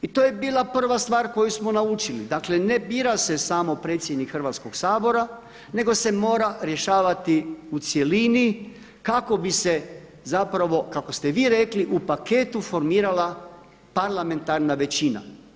I to je bila prva stvar koju smo naučili, dakle ne bira se samo predsjednik Hrvatskoga sabora nego se mora rješavati u cjelini kako bi se zapravo, kako ste i vi rekli u paketu formira parlamentarna većina.